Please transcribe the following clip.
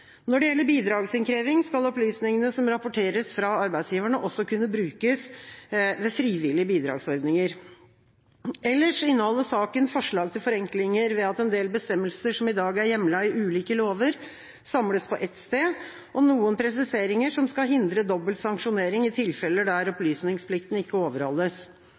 Når det gjelder bidragsinnkreving, skal opplysningene som rapporteres fra arbeidsgiverne også kunne brukes ved frivillige bidragsordninger. Ellers inneholder saken forslag til forenklinger ved at en del bestemmelser som i dag er hjemlet i ulike lover, samles på ett sted, og noen presiseringer som skal hindre dobbel sanksjonering i tilfeller der opplysningsplikten ikke overholdes.